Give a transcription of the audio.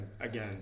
again